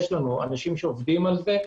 יש לנו אנשים שעובדים על זה.